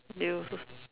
they also